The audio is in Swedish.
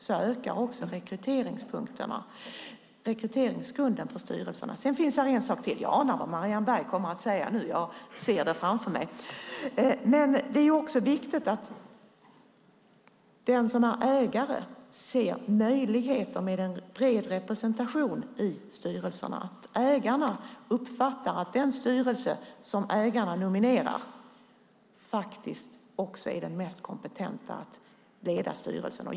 Då ökar också rekryteringsgrunden för styrelserna. Sedan finns det en sak till. Jag anar vad Marianne Berg kommer att säga nu. Jag ser det framför mig. Det är också viktigt att ägaren ser möjligheter med en bred representation i styrelserna. Det är viktigt att ägarna uppfattar att den styrelse som ägarna nominerar också är den mest kompetenta.